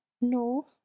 No